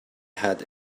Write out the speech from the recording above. head